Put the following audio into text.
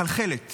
מחלחלת